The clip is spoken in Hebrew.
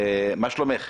מה שלומך?